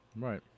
Right